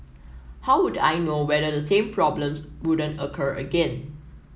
how would I know whether the same problems wouldn't occur again